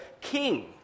King